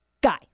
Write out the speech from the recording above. guy